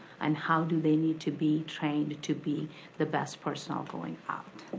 and how do they need to be trained to be the best person um going out.